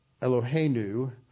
Eloheinu